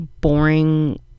boring